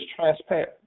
transparent